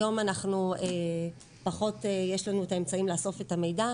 היום פחות יש לנו את האמצעים לאסוף את המידע,